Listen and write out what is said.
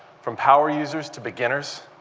from power users to beginners,